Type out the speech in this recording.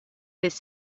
his